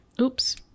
oops